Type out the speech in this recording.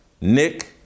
Nick